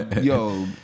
yo